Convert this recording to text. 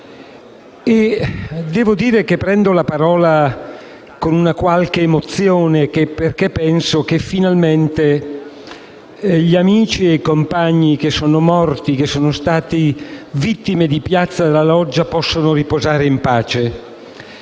anni fa. Prendo la parola con una qualche emozione perché penso che, finalmente, gli amici e i compagni che sono morti vittime della strage di piazza della Loggia possono riposare in pace.